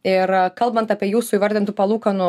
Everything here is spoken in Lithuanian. ir kalbant apie jūsų įvardintų palūkanų